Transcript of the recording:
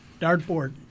Dartboard